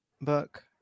book